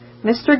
Mr